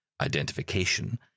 identification